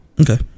Okay